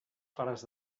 clares